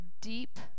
deep